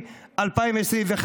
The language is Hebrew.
הכנסת העשרים-וארבע ב-16 ביולי 2021,